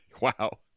Wow